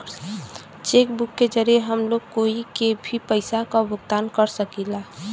check book के जरिये हम लोग कोई के भी पइसा क भुगतान कर सकीला